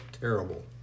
terrible